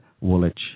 Woolwich